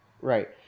Right